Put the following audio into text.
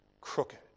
crooked